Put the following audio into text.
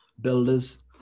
builders